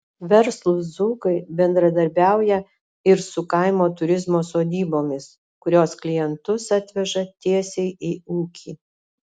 verslūs dzūkai bendradarbiauja ir su kaimo turizmo sodybomis kurios klientus atveža tiesiai į ūkį